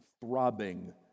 throbbing